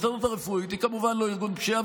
ההסתדרות הרפואית היא כמובן לא ארגון פשיעה,